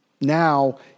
Now